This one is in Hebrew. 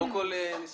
קודם כול אני שמח,